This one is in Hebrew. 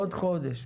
עוד חודש.